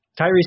Tyrese